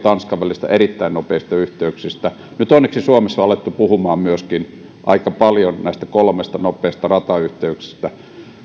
tanskan välisistä erittäin nopeista yhteyksistä nyt onneksi suomessa on alettu puhumaan myöskin aika paljon näistä kolmesta nopeasta ratayhteydestä